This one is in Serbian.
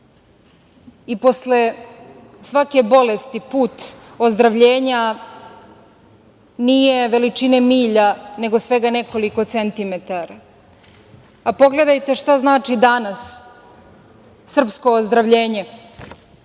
I, posle svake bolesti put ozdravljenja nije veličine milja, nego svega nekoliko centimetara. Pogledajte šta znači danas srpsko ozdravljenje.